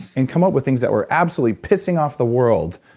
and come up with things that were absolutely pissing off the world,